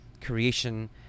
creation